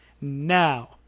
now